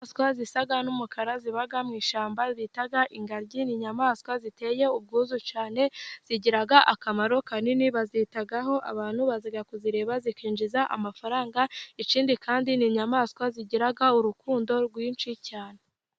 Inyamaswa zisa n'umukara ziba mu ishyamba bita ingagi, ni inyamaswa ziteye ubwuzu cyane zigira akamaro kanini, bazitaho abantu bazajya kuzireba zikinjiza amafaranga. ikindi kandi ni inyamaswa zigira urukundo rwinshi cyane.